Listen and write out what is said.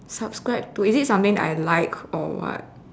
subscribe to is it something that I like or what